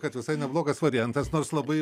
kad visai neblogas variantas nors labai